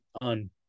on